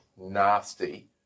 nasty